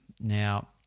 Now